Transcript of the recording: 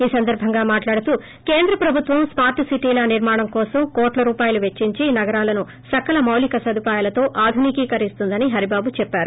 ఈ సందర్బంగా మాట్లాడుతూ కేంద్ర ప్రభుత్వం స్కార్ల్ సిటీల నిర్మాణం కోసం కోట్ల రూపాయలు పెచ్చించీ నగరాలను సకల మౌలిక సదుపాయాలతో ఆధునికీకరిస్తోందని హరిబాబు చెప్పారు